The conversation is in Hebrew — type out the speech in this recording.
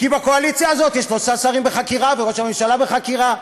כי בקואליציה הזאת יש שלושה שרים בחקירה וראש הממשלה בחקירה,